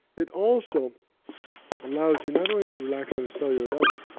it also allows you not only to relax on a cellular level,